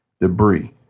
Debris